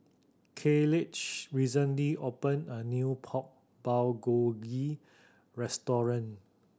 Kayleigh recently opened a new Pork Bulgogi Restaurant